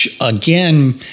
again